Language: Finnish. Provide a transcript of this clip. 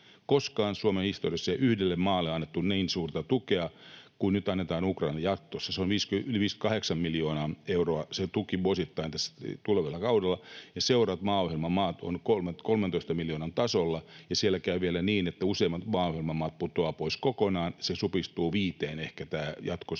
Koskaan Suomen historiassa ei ole yhdelle maalle annettu niin suurta tukea kuin nyt annetaan Ukrainalle. Se tuki on yli 58 miljoonaa euroa vuosittain tässä tulevalla kaudella, ja seuraavat maaohjelmamaat ovat 13 miljoonan tasolla. Ja siellä käy vielä niin, että useimmat maaohjelmamaat putoavat pois kokonaan, ja tämä yhteistyö supistuu ehkä viiteen jatkossa.